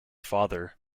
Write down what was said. father